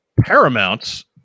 Paramount's